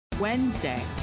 Wednesday